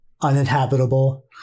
uninhabitable